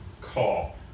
call